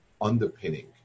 underpinning